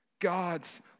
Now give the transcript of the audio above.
God's